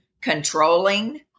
controlling